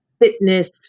fitness